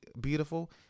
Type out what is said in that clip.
beautiful